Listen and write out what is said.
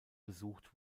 besucht